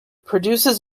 produces